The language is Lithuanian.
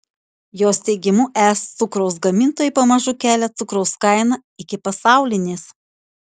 jos teigimu es cukraus gamintojai pamažu kelia cukraus kainą iki pasaulinės